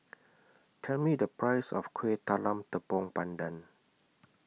Tell Me The Price of Kueh Talam Tepong Pandan